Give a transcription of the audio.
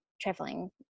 traveling